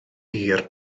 hir